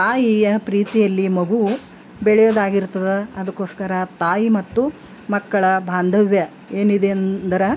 ತಾಯಿಯ ಪ್ರೀತಿಯಲ್ಲಿ ಮಗು ಬೆಳಿಯೋದಾಗಿರ್ತದೆ ಅದಕ್ಕೋಸ್ಕರ ತಾಯಿ ಮತ್ತು ಮಕ್ಕಳ ಬಾಂಧವ್ಯ ಏನಿದೆ ಅಂದ್ರೆ